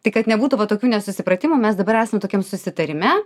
tai kad nebūtų va tokių nesusipratimų mes dabar esam tokiam susitarime